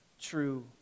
true